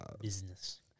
business